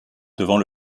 devant